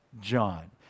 John